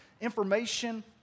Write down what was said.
information